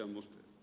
mustajärvi